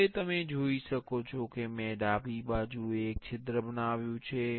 હવે તમે જોઈ શકો છો કે મેં ડાબી બાજુએ એક છિદ્ર બનાવ્યું છે